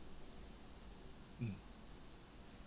mm